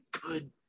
good